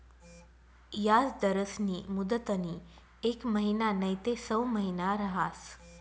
याजदरस्नी मुदतनी येक महिना नैते सऊ महिना रहास